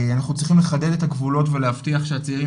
אנחנו צריכים לחדד את הגבולות ולהבטיח שהצעירים